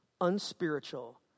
unspiritual